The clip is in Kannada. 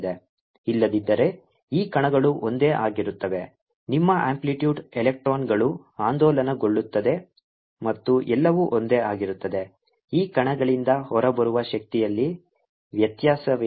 ಇಲ್ಲದಿದ್ದರೆ ಈ ಕಣಗಳು ಒಂದೇ ಆಗಿರುತ್ತವೆ ನಿಮ್ಮ ಅಂಪ್ಲಿಟ್ಯೂಡ್ ಎಲೆಕ್ಟ್ರಾನ್ಗಳು ಆಂದೋಲನಗೊಳ್ಳುತ್ತದೆ ಮತ್ತು ಎಲ್ಲವೂ ಒಂದೇ ಆಗಿರುತ್ತದೆ ಈ ಕಣಗಳಿಂದ ಹೊರಬರುವ ಶಕ್ತಿಯಲ್ಲಿ ವ್ಯತ್ಯಾಸವೇನು